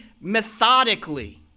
methodically